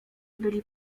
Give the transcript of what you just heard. byli